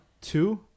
two